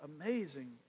amazing